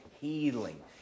healing